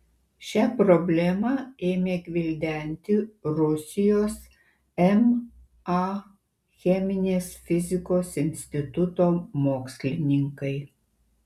šią problemą ėmė gvildenti rusijos ma cheminės fizikos instituto mokslininkai